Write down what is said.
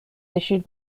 issued